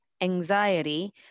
anxiety